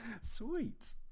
Sweet